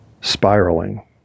spiraling